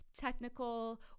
technical